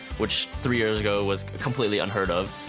which three years ago was completely unheard-of,